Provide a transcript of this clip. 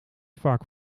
vaak